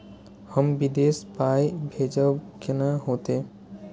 हम विदेश पाय भेजब कैना होते?